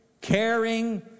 caring